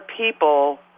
people